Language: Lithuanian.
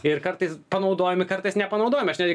ir kartais panaudojami kartais nepanaudojami aš netgi